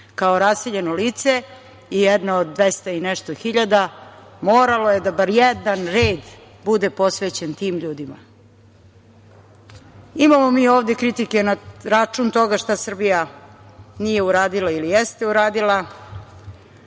kao raseljeno lice i jedna od 200 i nešto hiljada moralo je da bar jedan red bude posvećen tim ljudima. Imamo mi ovde kritike na račun toga šta Srbija nije uradila ili jeste uradila.